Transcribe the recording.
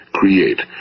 Create